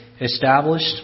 established